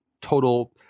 total